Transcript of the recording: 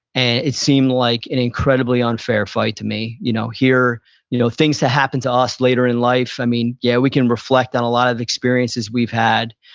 and it seemed like an incredibly unfair fight to me. you know hear if you know things that happen to us later in life, i mean, yeah we can reflect on a lot of experiences we've had,